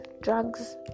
drugs